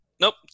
Nope